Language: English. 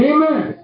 Amen